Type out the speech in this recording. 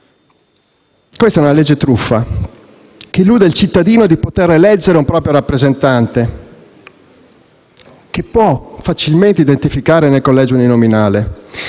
Questa è una legge truffa, che illude il cittadino di poter eleggere un proprio rappresentante che può facilmente identificare nel collegio uninominale.